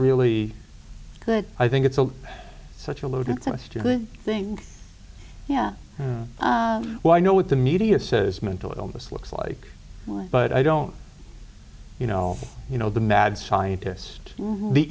really good i think it's such a loaded question thing yeah well i know what the media says mental illness looks like right but i don't you know you know the mad scientist